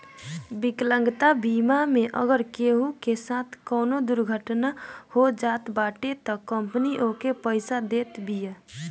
विकलांगता बीमा मे अगर केहू के साथे कवनो दुर्घटना हो जात बाटे तअ कंपनी ओके पईसा देत बिया